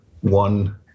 one